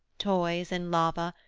toys in lava,